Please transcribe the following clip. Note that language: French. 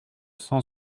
cent